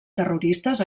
terroristes